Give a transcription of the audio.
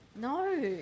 No